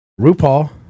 RuPaul